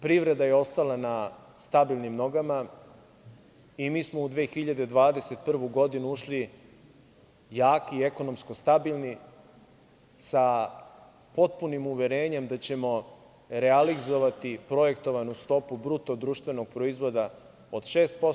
Privreda je ostala na stabilnim nogama i mi smo u 2021. godinu ušli jaki, ekonomski stabilni sa potpunim uverenjem da ćemo realizovati projektovanu stopu BDP-a od 6%